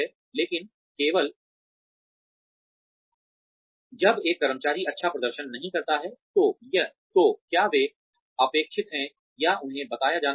लेकिन केवल जब एक कर्मचारी अच्छा प्रदर्शन नहीं करता है तो क्या वे अपेक्षित हैं या उन्हें बताया जाना चाहिए